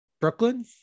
Brooklyn